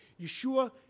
Yeshua